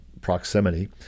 proximity